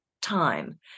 time